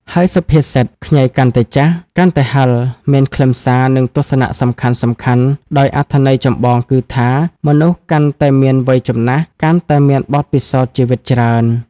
ហើយសុភាសិត ខ្ញីកាន់តែចាស់ កាន់តែហឹរ មានខ្លឹមសារ និងទស្សនៈសំខាន់ៗដោយ អត្ថន័យចម្បងគឺថា មនុស្សកាន់តែមានវ័យចាស់ កាន់តែមានបទពិសោធន៍ជីវិតច្រើន។